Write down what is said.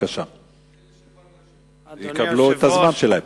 אדוני היושב-ראש,